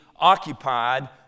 occupied